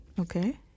Okay